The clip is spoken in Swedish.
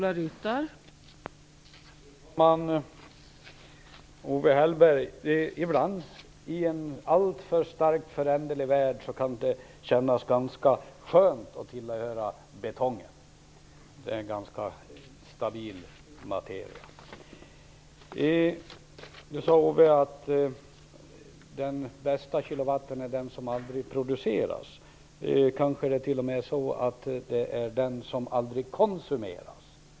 Fru talman! Ibland kan det, Owe Hellberg, i en alltför starkt föränderlig värld kännas skönt att tillhöra betongen. Det är en ganska stabil materia. Owe Hellberg sade att den bästa kilowatten är den som aldrig produceras. Kanske är det t.o.m. den som aldrig konsumeras.